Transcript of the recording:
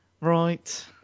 Right